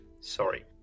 Sorry